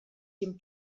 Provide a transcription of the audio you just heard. dem